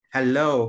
Hello